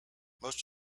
most